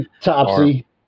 Topsy